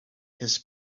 his